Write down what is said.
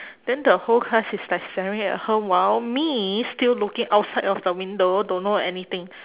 then the whole class is like staring at her while me still looking outside of the window don't know anything